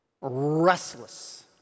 Restless